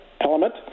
element